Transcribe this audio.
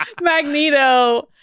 Magneto